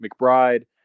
McBride